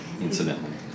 incidentally